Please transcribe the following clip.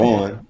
on